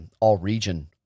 all-region